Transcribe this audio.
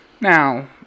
Now